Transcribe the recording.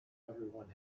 everyone